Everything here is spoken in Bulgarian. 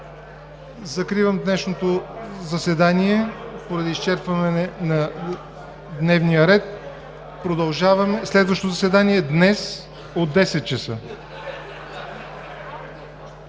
Закривам днешното заседание поради изчерпване на дневния ред. Следващото заседание е днес, от 10,00 часа.